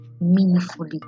meaningfully